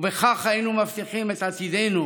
ובכך היינו מבטיחים את עתידנו